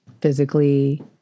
physically